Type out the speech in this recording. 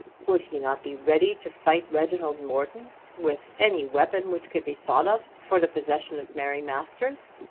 would he not be ready to fight reginald morton with any weapon which could be thought of for the possession of mary masters?